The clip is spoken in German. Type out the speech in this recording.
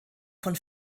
von